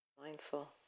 mindful